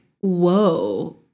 whoa